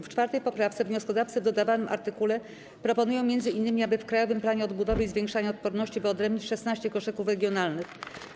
W 4. poprawce wnioskodawcy w dodawanym artykule proponują m.in., aby w Krajowym Planie Odbudowy i Zwiększania Odporności wyodrębnić 16 koszyków regionalnych.